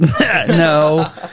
No